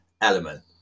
element